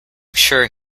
sure